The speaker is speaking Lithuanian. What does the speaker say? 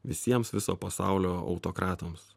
visiems viso pasaulio autokratams